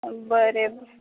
बरें